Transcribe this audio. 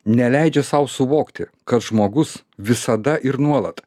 neleidžia sau suvokti kad žmogus visada ir nuolat